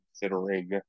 considering